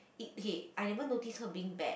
eat hate I never notice her being bad